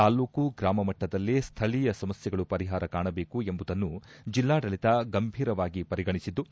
ತಾಲೂಕು ಗ್ರಾಮ ಮಟ್ಟದಲ್ಲೇ ಸ್ಥಳೀಯ ಸಮಸ್ಥೆಗಳು ಪರಿಹಾರ ಕಾಣಬೇಕು ಎಂಬುದನ್ನು ಜಿಲ್ಲಾಡಳಿತ ಗಂಭೀರವಾಗಿ ಪರಿಗಣಿಸಿದ್ದು